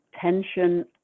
tension